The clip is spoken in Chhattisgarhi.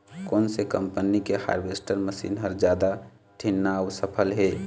कोन से कम्पनी के हारवेस्टर मशीन हर जादा ठीन्ना अऊ सफल हे?